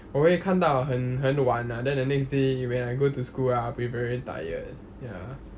我会看到很很晚 ah then the next day when I go to school I will be very tired ya